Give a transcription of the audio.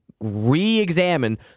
re-examine